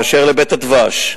2. באשר ל"בית הדבש",